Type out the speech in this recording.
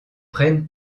prennent